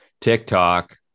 TikTok